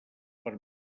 per